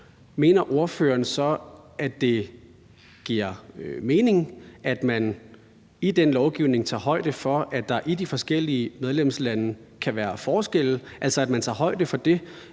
mener ordføreren så, at det giver mening, at man i den lovgivning tager højde for, at der i de forskellige medlemslande kan være forskelle, eller mener ordføreren,